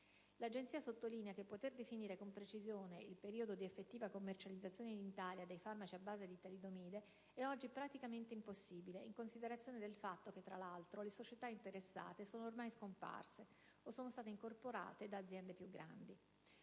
L'Agenzia sottolinea che poter definire con precisione il periodo di effettiva commercializzazione in Italia dei farmaci a base di talidomide è oggi praticamente impossibile, in considerazione del fatto che, tra l'altro, le società interessate sono ormai scomparse o sono state incorporate da aziende più grandi.